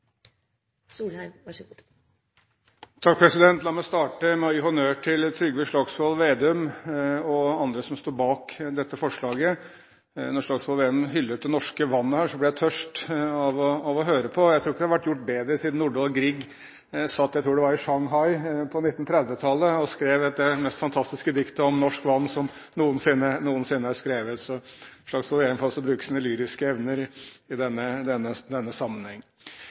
Slagsvold Vedum hyllet det norske vannet, ble jeg tørst av å høre på. Jeg tror ikke det har vært gjort bedre siden Nordahl Grieg satt – jeg tror det var i Shanghai på 1930-tallet – og skrev det mest fantastiske diktet om norsk vann som noensinne er skrevet. Så Slagsvold Vedum får altså bruke sine lyriske evner i denne